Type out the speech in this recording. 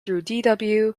through